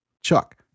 Chuck